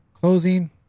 closing